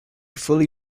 fully